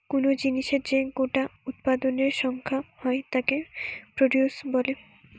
কুনো জিনিসের যে গোটা উৎপাদনের সংখ্যা হয় তাকে প্রডিউস বলে